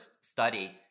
study